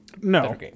no